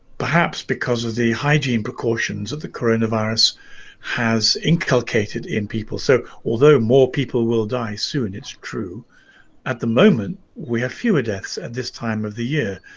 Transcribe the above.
perhaps because of the hygiene precautions of the coronavirus has inculcated in people so although more people will die soon. it's true at the moment we are fewer deaths at this time of the year